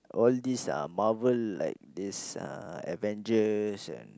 all these uh marvel like these uh avengers and